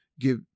give